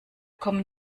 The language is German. kommen